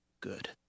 good